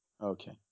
okay